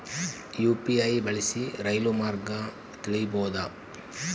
UPI ಬಳಸಿ ರೈಲು ಮಾರ್ಗ ತಿಳೇಬೋದ?